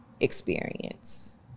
experience